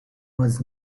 was